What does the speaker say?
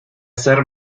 hacer